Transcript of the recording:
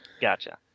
Gotcha